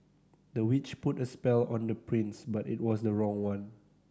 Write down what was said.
the witch put a spell on the prince but it was the wrong one